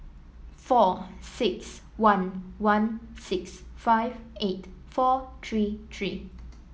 four six one one six five eight four three three